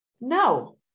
no